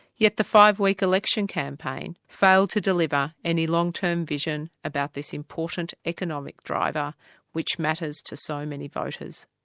yet the five-week election campaign failed to deliver any long-term vision about this important economic driver which matters to so many voters.